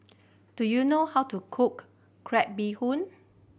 do you know how to cook crab bee hoon